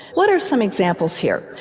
what are some examples here?